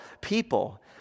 people